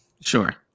sure